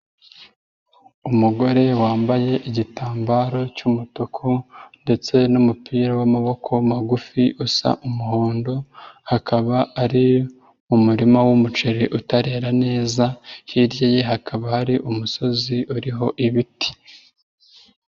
Umugore wambaye igitambaro cy'umutuku ndetse n'umupira w'amaboko magufi usa umuhondo, akaba ari mu murima w'umuceri utarera neza hirya ye hakaba hari umusozi uriho ibiti.